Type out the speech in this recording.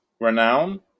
renown